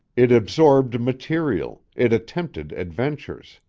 it absorbed material, it attempted adventures.